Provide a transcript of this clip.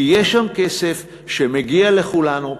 כי יש שם כסף שמגיע לכולנו,